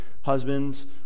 husbands